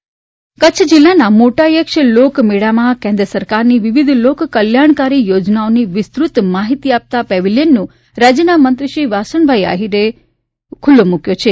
કેન્દ્ર સરકારની યોજનાઓ કચ્છ જિલ્લાના મોટાયક્ષ લોકમેળામાં કેન્દ્ર સરકારની વિવિધ લોકકલ્યાણકારી યોજનાઓની વિસ્તૃત માહિતી આપતા પેવેલિયનનું રાજ્યના મંત્રી શ્રી વાસણભાઈ આહીરે ખૂલ્લો મૂક્યો છે